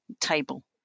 table